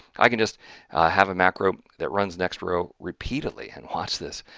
i can just have a macro that runs next row repeatedly. and watch this,